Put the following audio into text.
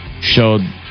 showed